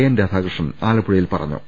N Radhakrishnan ആലപ്പുഴയിൽ പറഞ്ഞു